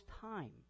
time